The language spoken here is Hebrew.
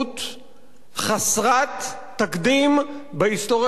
חסרת תקדים בהיסטוריה של ישראל,